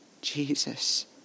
Jesus